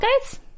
guys